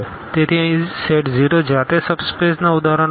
તેથી અહીં સેટ 0 જાતે જ સબ સ્પેસના ઉદાહરણો છે